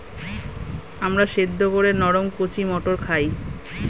আমরা সেদ্ধ করে নরম কচি মটর খাই